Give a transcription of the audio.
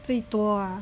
最多 ah